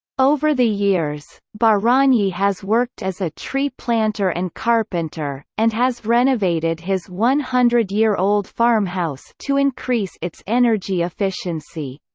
over the years, baranyi has worked as a tree planter and carpenter, and has renovated his one hundred year old farmhouse to increase its energy efficiency.